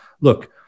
look